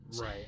right